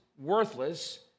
worthless